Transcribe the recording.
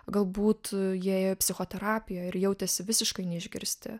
galbūt jie ėjo į psichoterapiją ir jautėsi visiškai neišgirsti